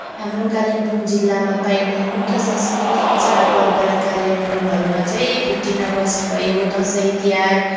हाम्रो कालिम्पोङ जिल्लामा पाइने मुख्य सांस्कृतिक चाडपर्व र कार्यक्रमहरूमा चाहिँ फिफ्टिन अगस्त भयो दसैँ तिहार